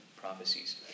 prophecies